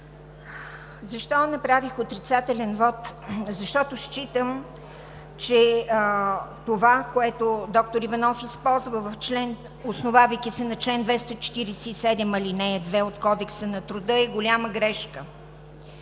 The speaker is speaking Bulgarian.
Защо направих отрицателен вот? Защото считам, че това, което доктор Иванов използва, основавайки се на чл. 247, ал. 2 от Кодекса на труда, е голяма грешка.